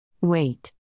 Wait